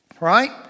Right